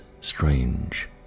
strange